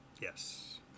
Yes